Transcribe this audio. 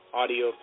audio